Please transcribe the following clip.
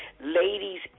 ladies